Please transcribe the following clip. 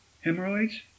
Hemorrhoids